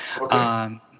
Okay